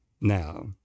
Now